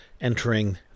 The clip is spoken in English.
entering